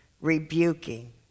rebuking